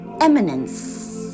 eminence